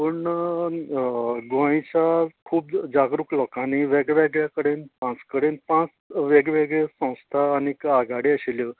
पूण गोंयच्या खूब जागृक लोकांनी वेग वेगळ्या कडेन पांच कडेन पांच वेग वेगळें स्वस्था आनीक आगाडी आशिल्ल्यो